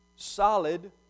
Solid